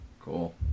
Cool